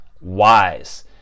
Wise